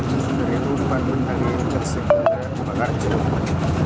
revenue ಡೆಪಾರ್ಟ್ಮೆಂಟ್ನ್ಯಾಗ ಏನರ ಕೆಲ್ಸ ಸಿಕ್ತಪ ಅಂದ್ರ ಪಗಾರ ಚೊಲೋ ಇರತೈತಿ